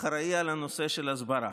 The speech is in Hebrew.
אחראי לנושא של ההסברה.